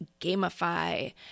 gamify